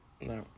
No